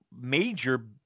major